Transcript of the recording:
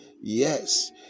Yes